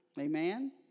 Amen